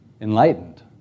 enlightened